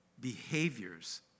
behaviors